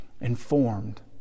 informed